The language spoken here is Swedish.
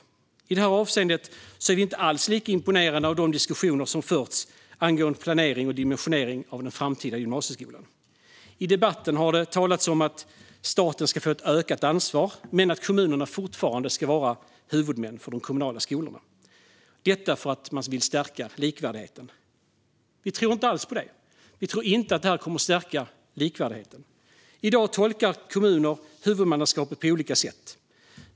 I detta avseende är vi inte alls lika imponerade av de diskussioner som har förts angående planering och dimensionering av den framtida gymnasieskolan. I debatten har det talats om att staten ska få ett ökat ansvar men att kommunerna fortfarande ska vara huvudmän för de kommunala skolorna, detta för att man vill stärka likvärdigheten. Vi tror inte alls på det. Vi tror inte att detta kommer att stärka likvärdigheten. I dag tolkar kommuner huvudmannaskapet på olika sätt.